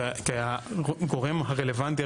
כגורם הרלוונטי,